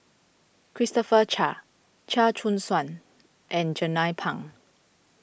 Christopher Chia Chia Choo Suan and Jernnine Pang